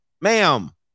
Ma'am